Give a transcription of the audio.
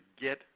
get